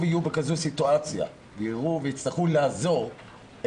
יהיו בכזאת סיטואציה ויצטרכו לעזור,